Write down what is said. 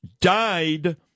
died